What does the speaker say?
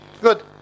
Good